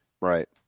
right